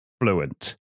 fluent